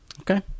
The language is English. Okay